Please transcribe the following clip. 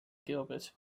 gilbert